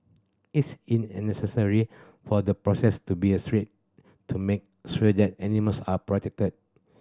it's in an necessary for the process to be a stringent to make sure that animals are protected